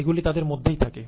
এগুলি তাদের ভেতরেই থাকে